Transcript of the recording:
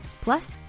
Plus